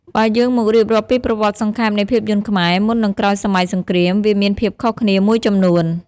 បើយើងមករៀបរាប់ពីប្រវត្តិសង្ខេបនៃភាពយន្តខ្មែរ មុននិងក្រោយសម័យសង្គ្រាម វាមានភាពខុសគ្នាមួយចំនួន។